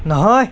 নহয়